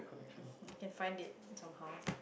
um can find it somehow